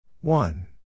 One